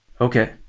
Okay